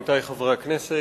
עמיתי חברי הכנסת,